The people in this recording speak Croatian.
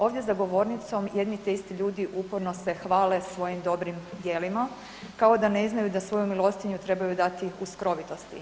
Ovdje za govornicom jedni te isti ljudi uporno se hvale svojim dobrim djelima kao da ne znaju da svoju milostinju trebaju dati u skrovitosti.